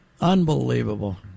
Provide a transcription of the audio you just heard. Unbelievable